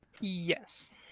Yes